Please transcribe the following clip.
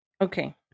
okay